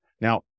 Now